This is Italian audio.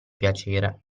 piacere